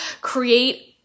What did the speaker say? Create